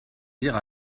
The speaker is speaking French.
dire